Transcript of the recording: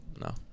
No